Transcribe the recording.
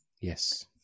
Yes